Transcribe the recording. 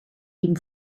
eben